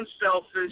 unselfish